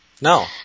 No